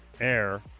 Air